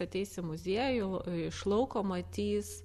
ateis į muziejų iš lauko matys